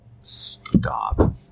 stop